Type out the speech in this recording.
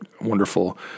Wonderful